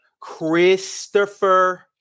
Christopher